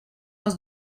los